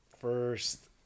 first